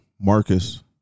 Marcus